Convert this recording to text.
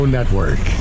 Network